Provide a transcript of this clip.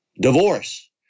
divorce